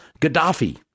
Gaddafi